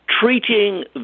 treating